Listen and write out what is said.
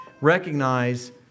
recognize